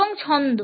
এবং ছন্দ